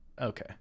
Okay